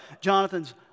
Jonathan's